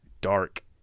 dark